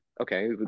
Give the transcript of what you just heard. okay